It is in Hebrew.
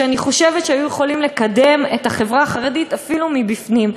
שאני חושבת שהיו יכולים לקדם את החברה החרדית אפילו מבפנים.